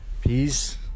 Peace